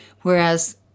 Whereas